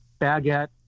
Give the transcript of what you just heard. baguette